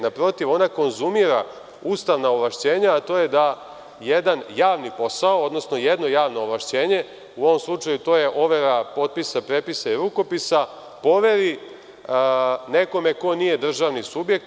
Naprotiv, ona konzumira ustavna ovlašćenja, a to je da jedan javni posao, odnosno jedno javno ovlašćenje, u ovom slučaju to je overa potpisa, prepisa i rukopisa, poveri nekome ko nije državni subjekti.